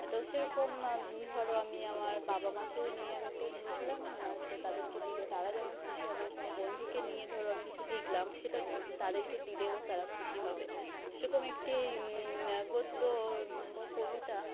তো সেরকম ধর আমি আমার বাবা মাকেও নিয়ে আমি একটা লিখলাম তো তাদেরকে দিলে তারা যেমন খুশি হবে কোনো বন্ধুকে নিয়ে ধর আমি কিছু লিখলাম সেটা তাদেরকে দিলেও তারা খুশি হবে সেরকম একটি গদ্য বা কবিতা